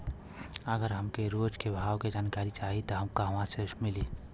अगर हमके रोज के भाव के जानकारी चाही त कहवा से मिली?